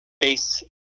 base